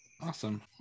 awesome